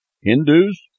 Hindus